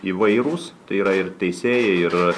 įvairūs tai yra ir teisėjai ir